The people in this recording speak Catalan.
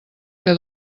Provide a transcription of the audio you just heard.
que